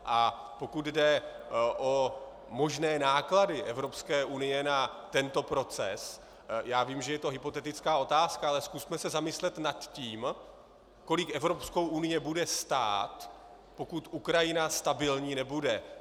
A pokud jde o možné náklady Evropské unie na tento proces, vím, že je to hypotetická otázka, ale zkusme se zamyslet nad tím, kolik Evropskou unii bude stát, pokud Ukrajina stabilní nebude.